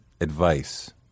advice